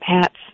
hats